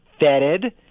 vetted